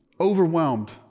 overwhelmed